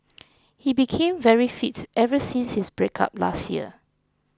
he became very fit ever since his breakup last year